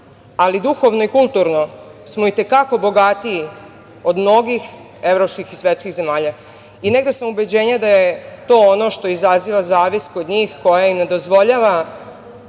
ali duhovno i kulturno smo i te kako bogatiji od mnogih evropskih i svetskih zemalja. Negde sam ubeđenja da je to ono što izaziva zavist kod njih, koja im ne dozvoljava